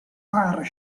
bar